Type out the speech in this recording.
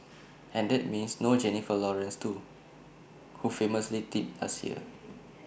and that means no Jennifer Lawrence too who famous tripped last year